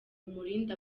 umurindi